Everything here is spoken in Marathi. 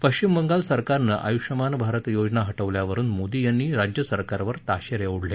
पश्चिम बंगाल सरकारनं आयुष्यमान भारत योजना हटवल्यावरुन मोदी यांनी राज्यसरकारवर ताशेरे ओडले